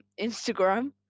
Instagram